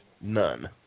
None